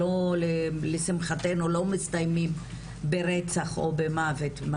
לשמחתנו לא מסתיימים ברצח או במוות.